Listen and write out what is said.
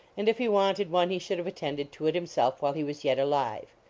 and if he wanted one he should have attended to it himself while he was yet alive.